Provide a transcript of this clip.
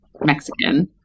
Mexican